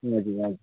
हजुर भाइ